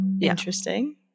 Interesting